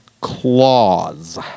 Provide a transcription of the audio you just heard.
Claws